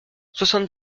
soixante